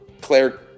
Claire